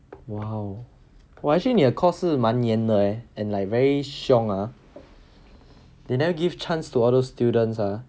!wow! !wah! actually 你的 course 是蛮严的 leh and like very xiong ah they never give chance to other students ah